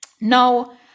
Now